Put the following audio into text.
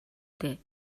дээ